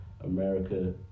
America